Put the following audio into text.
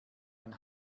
ein